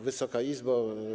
Wysoka Izbo!